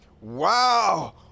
Wow